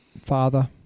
Father